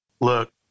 look